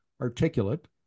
articulate